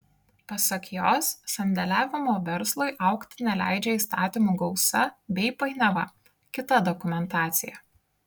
pasak jos sandėliavimo verslui augti neleidžia įstatymų gausa bei painiava kita dokumentacija